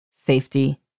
safety